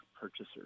purchasers